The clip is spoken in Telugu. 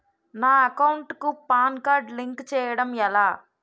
నా అకౌంట్ కు పాన్ కార్డ్ లింక్ చేయడం ఎలా?